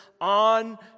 On